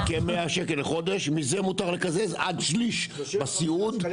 100 שקל לחודש, מזה מותר לקזז עד שליש בסיעוד.